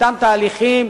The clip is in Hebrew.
אותם תהליכים,